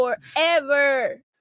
forever